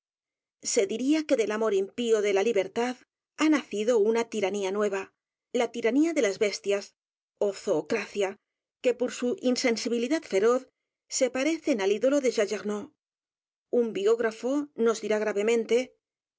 se diría que del amor impío de la libertad h a nacido una tiranía nueva la tiranía de las bestias ó zoocracia que por su insensibilidad feroz se parecen al ídolo de j a g gernaut unbiógrafo nos